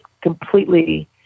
completely